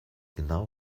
genau